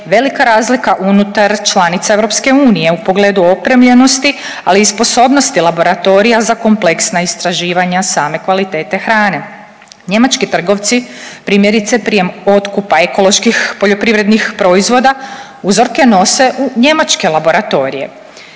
velika razlika unutar članica EU u pogledu opremljenosti, ali i sposobnosti laboratorija za kompleksna istraživanja same kvalitete hrane. Njemački trgovci primjerice prije otkupa ekoloških poljoprivrednih proizvoda uzorke nose u njemačke laboratorije,